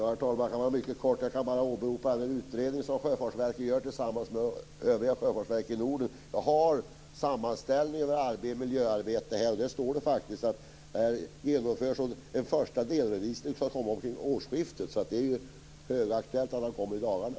Herr talman! Jag skall vara mycket kort. Jag skall bara åberopa den utredning som Sjöfartsverket gör tillsammans med övriga sjöfartsverk i Norden. Jag har sammanställningen över miljöarbetet här, och där står det faktiskt att en första delredovisning skall komma omkring årsskiftet. Den är högaktuell och kommer i dagarna.